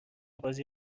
بازی